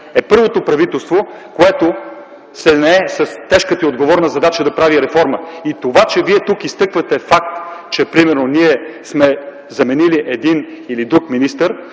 е първото правителство, което се нае с тежката и отговорна задача да прави реформа. Вие тук изтъквате факт, че примерно ние сме заменили един или друг министър.